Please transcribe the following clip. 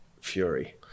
Fury